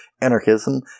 anarchism